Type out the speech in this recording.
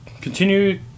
continue